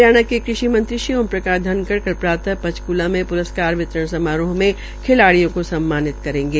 हरियाणा के कृषि मंत्री श्री ओमप्रकाश धनखड़ कल प्रात चक्ला के आयोजित प्रस्कार वितरण समारोह में खिलाडिय़ों को सम्मानित करेंगे